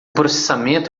processamento